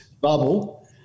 bubble